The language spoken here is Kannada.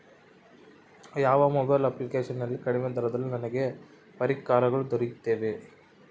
ಯಾವ ಮೊಬೈಲ್ ಅಪ್ಲಿಕೇಶನ್ ನಲ್ಲಿ ಕಡಿಮೆ ದರದಲ್ಲಿ ನನಗೆ ಪರಿಕರಗಳು ದೊರೆಯುತ್ತವೆ?